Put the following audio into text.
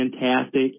fantastic